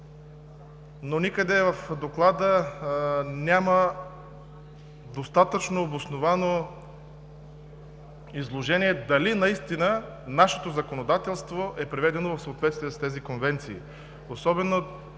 но никъде в доклада няма достатъчно обосновано изложение дали наистина нашето законодателство е приведено в съответствие с тези конвенции,